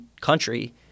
country